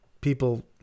people